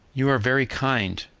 you are very kind,